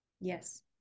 yes